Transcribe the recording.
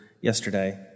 yesterday